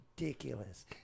ridiculous